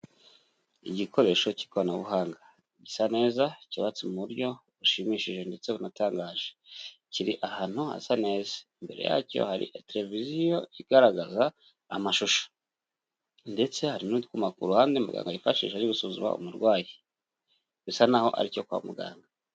Igikoresho cy'ikoranabuhanga gisa neza, cyubatse mu buryo bushimishije ndetse bunatangaje, kiri ahantu hasa neza, imbere yacyo hari televiziyo igaragaza amashusho ndetse hari n'utwuma ku ruhande muganga yifashisha ari gusuzuma umurwayi, bisa n'aho ari icyo kwa muganga.